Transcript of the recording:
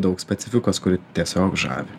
daug specifikos kuri tiesiog žavi